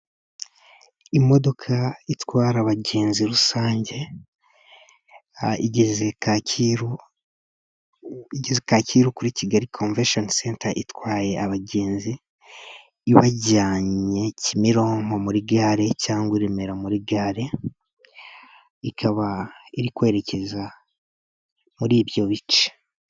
Imodoka itwara abagenzi rusange igeze Kacyiru, igeze Kacyiru kuri Kigali Konvesheni Senta, itwaye abagenzi ibajyanye Kimironko muri gare, cyangwa i Remera muri gare, ikaba iri kwerekeza muri ibyo bice.